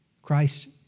Christ